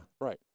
right